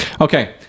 okay